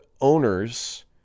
owners